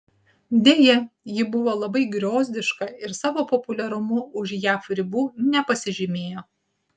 deja ji buvo labai griozdiška ir savo populiarumu už jav ribų nepasižymėjo